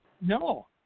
No